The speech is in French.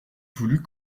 voulut